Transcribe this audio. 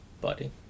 body